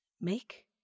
make